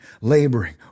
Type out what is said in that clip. laboring